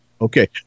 Okay